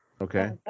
okay